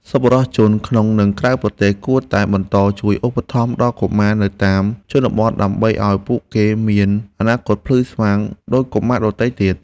សប្បុរសជនក្នុងនិងក្រៅប្រទេសគួរតែបន្តជួយឧបត្ថម្ភដល់កុមារនៅតាមជនបទ ដើម្បីឱ្យពួកគេមានអនាគតភ្លឺស្វាងដូចកុមារដទៃទៀត។